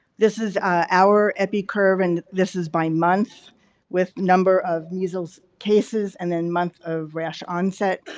this is our epi curve and this is by month with number of measles cases and then month of rash onset.